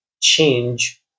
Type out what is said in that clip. change